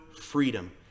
freedom